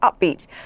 upbeat